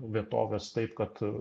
vietoves taip kad